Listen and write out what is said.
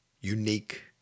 unique